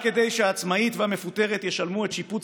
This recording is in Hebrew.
רק כדי שהעצמאית והמפוטרת ישלמו את שיפוץ